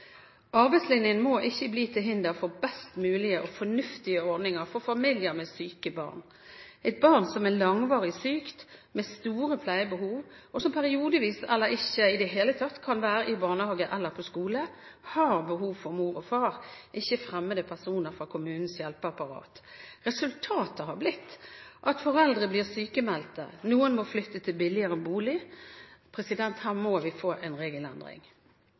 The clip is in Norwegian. Arbeidslinjen må ikke bli til hinder for best mulige og fornuftige ordninger for familier med syke barn. Et barn som er langvarig sykt, med store pleiebehov, og som periodevis eller ikke i det hele tatt kan være i barnehage eller på skole, har behov for mor og far – ikke fremmede personer fra kommunens hjelpeapparat. Resultatet har blitt at foreldre blir sykmeldte, og noen må flytte til billigere bolig. Her må vi få en regelendring.